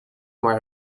maar